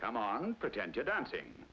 come on pretend you're dancing